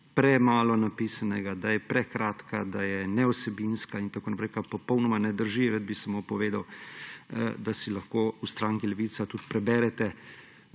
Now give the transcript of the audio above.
premalo napisanega, da je prekratka, da je nevsebinska in tako naprej, kar popolnoma ne drži. Rad bi samo povedal, da si lahko v stranki Levica preberete